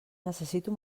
necessito